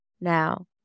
Now